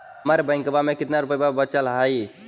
हमर बैंकवा में कितना रूपयवा बचल हई?